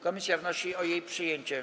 Komisja wnosi o jej przyjęcie.